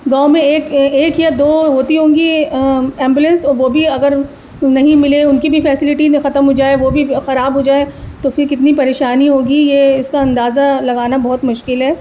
گاؤں میں ایک ایک یا دو ہوتی ہوں گی ایمبولینس اور وہ بھی اگر نہیں ملے ان کی بھی فیسیلٹی جو ختم ہو جائے وہ بھی خراب ہو جائے تو پھر کتنی پریشانی ہوگی یہ اس کا اندازہ لگانا بہت مشکل ہے